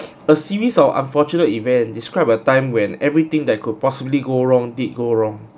a series of unfortunate events describe a time when everything that could possibly go wrong did go wrong